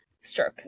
stroke